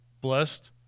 Blessed